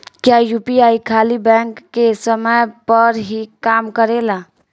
क्या यू.पी.आई खाली बैंक के समय पर ही काम करेला?